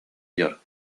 york